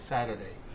Saturday